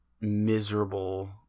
miserable